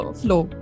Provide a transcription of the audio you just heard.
flow